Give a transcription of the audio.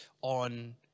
on